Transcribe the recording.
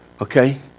okay